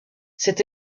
cette